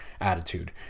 attitude